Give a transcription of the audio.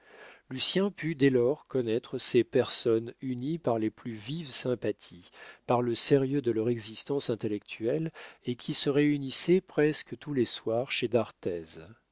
esprits lucien put dès lors connaître ces personnes unies par les plus vives sympathies par le sérieux de leur existence intellectuelle et qui se réunissaient presque tous les soirs chez d'arthez